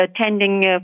attending